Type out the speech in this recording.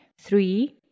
Three